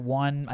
one